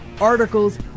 articles